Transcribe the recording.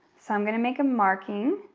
so i'm gonna make a marking,